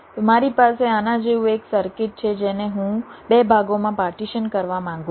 તો મારી પાસે આના જેવું એક સર્કિટ છે જેને હું 2 ભાગોમાં પાર્ટીશન કરવા માંગુ છું